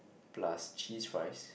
plus cheese fries